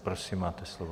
Prosím, máte slovo.